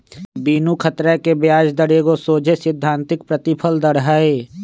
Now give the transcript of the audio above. बिनु खतरा के ब्याज दर एगो सोझे सिद्धांतिक प्रतिफल दर हइ